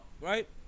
right